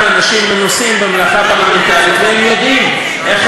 יושבים כאן אנשים מנוסים במלאכה פרלמנטרית והם יודעים איך